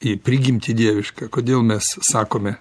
į prigimtį dievišką kodėl mes sakome